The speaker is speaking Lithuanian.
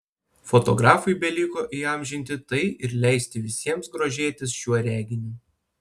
fotografui beliko įamžinti tai ir leisti visiems grožėtis šiuo reginiu